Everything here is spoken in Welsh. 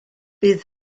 bydd